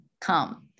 come